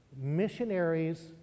missionaries